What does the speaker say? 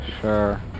sure